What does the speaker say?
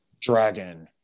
Dragon